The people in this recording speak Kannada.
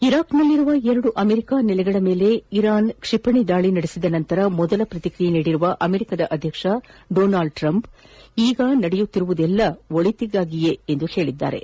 ಇರಾಕ್ನಲ್ಲಿರುವ ಎರಡು ಅಮೆರಿಕ ನೆಲೆಗಳ ಮೇಲೆ ಇರಾನ್ ಕ್ಷಿಪಣಿ ದಾಳಿ ನಡೆಸಿದ ನಂತರ ಮೊದಲ ಪ್ರತಿಕ್ರಿಯೆ ನೀಡಿರುವ ಅಮೆರಿಕ ಅಧ್ಯಕ್ಷ ಡೊನಾಲ್ಡ್ ಟ್ರಂಪ್ ಈಗ ನಡೆದಿರುವುದೆಲ್ಲ ಒಳಿತಿಗಾಗಿ ಎಂದಿದ್ದಾರೆ